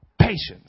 Patience